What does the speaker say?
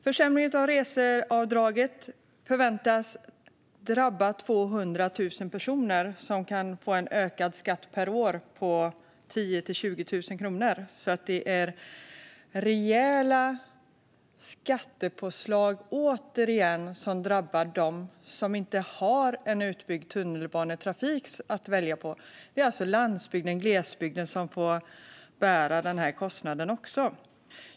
Försämringen av reseavdraget förväntas drabba 200 000 personer som kan få en ökad skatt per år med 10 000-20 000 kronor, så det är rejäla skattepåslag som återigen drabbar de som inte har en utbyggd tunnelbanetrafik att välja på. Det är alltså landsbygden, glesbygden, som också får bära den här kostnaden.